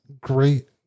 great